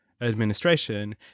administration